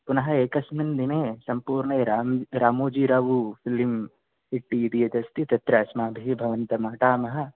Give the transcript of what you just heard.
पुनः एकस्मिन् दिने सम्पूर्ण राम् रामोजी राव् फ़िलिम् सीटी इति यत् अस्ति तत्र अस्माभिः भवन्तं अटामः